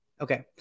Okay